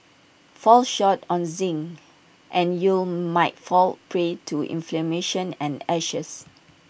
fall short on zinc and you'll might fall prey to inflammation and ashes